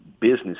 Business